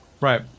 Right